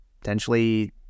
potentially